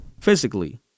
physically